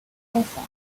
author